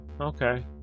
okay